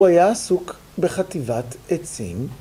‫הוא היה עסוק בחטיבת עצים.